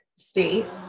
state